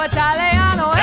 Italiano